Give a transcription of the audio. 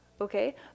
Okay